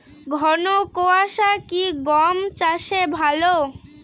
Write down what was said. ঘন কোয়াশা কি গম চাষে ভালো?